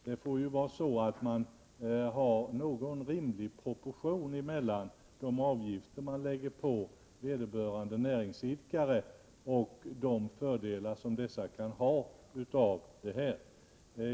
Det får vara någon rimlig proportion mellan de avgifter man lägger på vederbörande näringsidkare och de fördelar som dessa kan vänta sig.